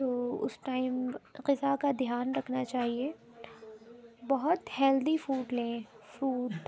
تو اس ٹائم غذا کا دھیان رکھنا چاہیے بہت ہیلدی فوڈ لیں فوڈ